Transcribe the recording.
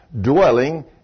dwelling